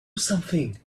something